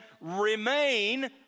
remain